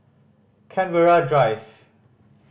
Canberra Drive